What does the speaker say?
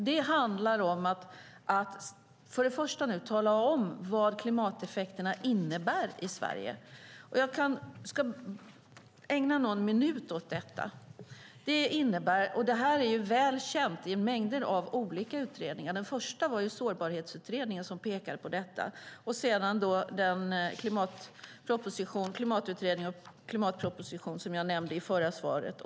Det handlar om att tala om vad klimateffekterna innebär i Sverige. Jag ska ägna någon minut åt detta. Det här är väl känt. Det finns mängder av olika utredningar. Den första var Klimat och sårbarhetsutredningen som pekade på detta. Sedan kom den klimatutredning och klimatproposition som jag nämnde i det förra svaret.